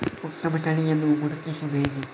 ಉತ್ತಮ ತಳಿಯನ್ನು ಗುರುತಿಸುವುದು ಹೇಗೆ?